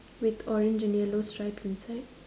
with orange and yellow stripes inside